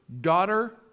daughter